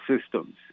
systems